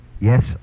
Yes